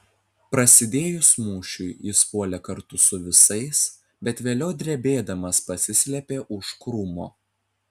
prasidėjus mūšiui jis puolė kartu su visais bet vėliau drebėdamas pasislėpė už krūmo